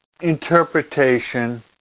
interpretation